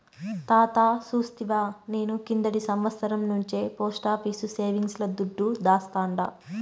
తాతా సూస్తివా, నేను కిందటి సంవత్సరం నుంచే పోస్టాఫీసు సేవింగ్స్ ల దుడ్డు దాస్తాండా